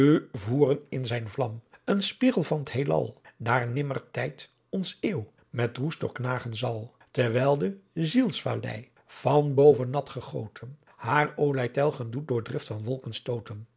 in zijn vlam een spiegel van t heelal daar nimmer tijt onze eeuw met roest doorknaagen zal terwijl de zielsvalei van boven nat gegooten haar olijtelgen doet door drift van wolken stooten